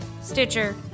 Stitcher